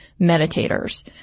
meditators